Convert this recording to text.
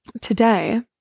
Today